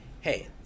hey